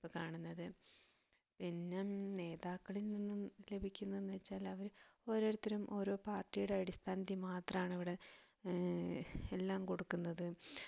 ഇപ്പോൾ കാണുന്നത് പിന്നെ നേതാക്കളിൽ നിന്നു ലഭിക്കുന്നതെന്ന് വെച്ചാൽ അവര് ഓരോരുത്തരും ഓരോ പാർട്ടിയുടെ അടിസ്ഥാനത്തിൽ മാത്രാണ് ഇവിടെ എല്ലാം കൊടുക്കുന്നത്